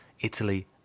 Italy